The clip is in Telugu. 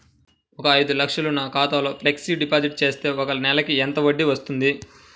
ఒక ఐదు లక్షలు నా ఖాతాలో ఫ్లెక్సీ డిపాజిట్ చేస్తే ఒక నెలకి ఎంత వడ్డీ వర్తిస్తుంది?